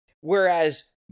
Whereas